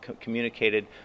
communicated